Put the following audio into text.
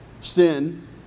Sin